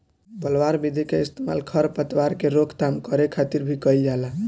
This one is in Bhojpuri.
पलवार विधि के इस्तेमाल खर पतवार के रोकथाम करे खातिर भी कइल जाला